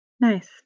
nice